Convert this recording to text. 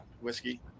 whiskey